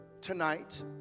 tonight